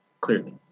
clearly